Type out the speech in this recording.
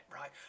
right